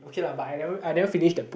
okay lah but I never I never finish that book